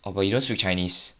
or what about you just read chinese